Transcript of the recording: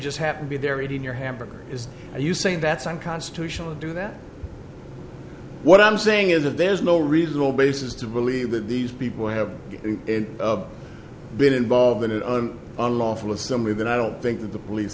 just happen to be there eating your hamburger is are you saying that's unconstitutional to do that what i'm saying is that there's no reasonable basis to believe that these people have been involved in an unlawful assembly that i don't think that the police